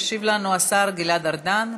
ישיב לנו השר גלעד ארדן,